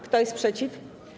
Kto jest przeciw?